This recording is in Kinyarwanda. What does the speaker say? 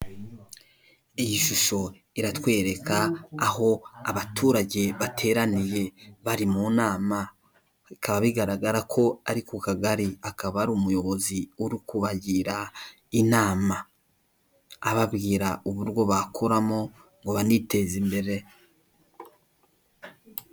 Iyi shusho iratwereka aho abaturage bateraniye bari mu nama, bikaba bigaragara ko ari ku kagari, akaba ari umuyobozi uri kubagira inama ababwira uburyo bakoramo ngo baniteze imbere.